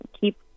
keep